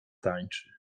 tańczy